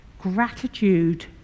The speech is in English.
gratitude